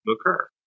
occur